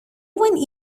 one